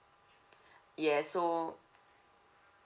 yes so